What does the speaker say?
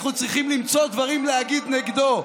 אנחנו צריכים למצוא דברים להגיד נגדו.